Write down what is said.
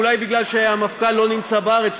אולי כי המפכ"ל לא נמצא בארץ,